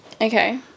Okay